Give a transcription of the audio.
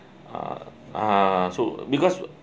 uh uh so because